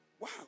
Wow